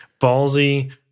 ballsy